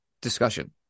discussion